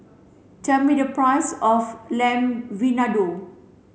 tell me the price of Lamb Vindaloo